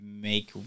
make